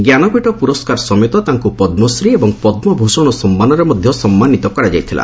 ଜ୍ଞାନପୀଠ ପୁରସ୍କାର ସମେତ ତାଙ୍କୁ ପଦ୍ମଶ୍ରୀ ଏବଂ ପଦ୍ମଭୂଷଣ ସମ୍ମାନରେ ମଧ୍ୟ ସମ୍ମାନିତ କରାଯାଇଥିଲା